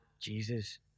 Jesus